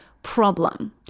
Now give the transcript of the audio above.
problem